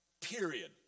period